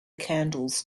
candles